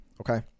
okay